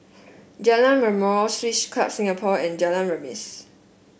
Jalan Mashhor Swiss Club Singapore and Jalan Remis